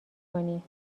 کنی